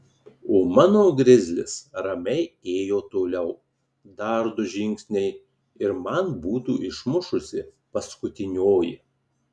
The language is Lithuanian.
o mano grizlis ramiai ėjo toliau dar du žingsniai ir man būtų išmušusi paskutinioji